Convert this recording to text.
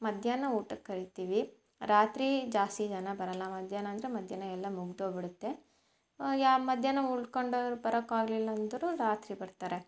ಮಧ್ಯಾಹ್ನ ಊಟಕ್ಕೆ ಕರಿತೀವಿ ರಾತ್ರಿ ಜಾಸ್ತಿ ಜನ ಬರೋಲ್ಲ ಮಧ್ಯಾಹ್ನ ಅಂದರೆ ಮಧ್ಯಾಹ್ನ ಎಲ್ಲ ಮುಗ್ದೋಗ್ಬಿಡತ್ತೆ ಯಾ ಮಧ್ಯಾಹ್ನ ಉಳ್ಕಂಡವ್ರು ಬರಕ್ಕೆ ಆಗ್ಲಿಲ್ಲಾಂದ್ರೂ ರಾತ್ರಿ ಬರ್ತಾರೆ